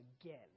again